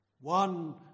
one